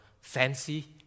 fancy